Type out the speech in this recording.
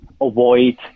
avoid